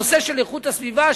הנושא של איכות הסביבה,